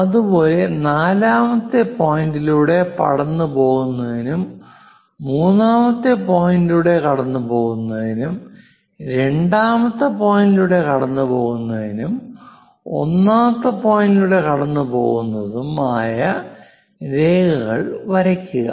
അതുപോലെ നാലാമത്തെ പോയിന്റിലൂടെ കടന്നുപോകുന്നതും 3 പോയിന്റിലൂടെ കടന്നുപോകുന്നതും 2 പോയിന്റിലൂടെ കടന്നുപോകുന്നതും 1 പോയിന്റിലൂടെ കടന്നുപോകുന്നതും ആയ രേഖകൾ വരക്കുക